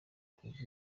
kuva